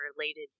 related